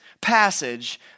passage